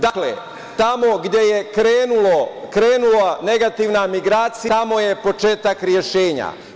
Dakle, tamo gde je krenula negativna migracija, tamo je početak rešenja.